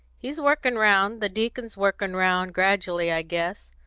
he's workin' round the deacon's workin' round gradually, i guess.